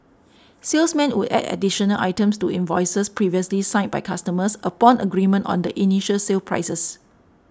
salesmen would add additional items to invoices previously signed by customers upon agreement on the initial sale prices